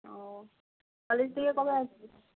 ও college দিকে কবে আসবি